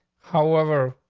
however,